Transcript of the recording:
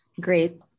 great